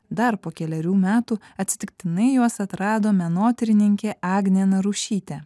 dar po kelerių metų atsitiktinai juos atrado menotyrininkė agnė narušytė